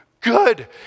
Good